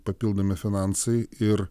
papildomi finansai ir